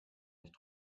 nicht